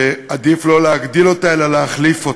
שעדיף לא להגדיל אותה אלא להחליף אותה.